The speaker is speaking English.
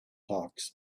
talks